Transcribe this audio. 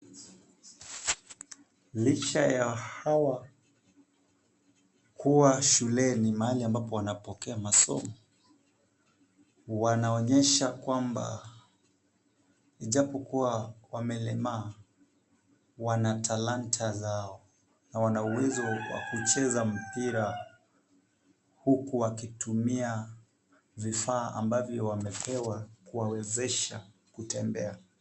Licha ya hawa kuwa shuleni mahali ambapo wanapokea masomo, wanaonyesha kwamba ijapokuwa wamelemaa, wana talanta zao na wana uwezo wa kucheza mpira huku wakitumia vifaa ambavyo wamepewa kuwawezesha kutembea.